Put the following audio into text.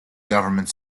government